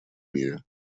мире